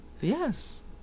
Yes